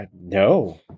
No